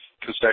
concession